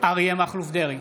אריה מכלוף דרעי,